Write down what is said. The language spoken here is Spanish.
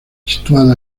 situada